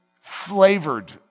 flavored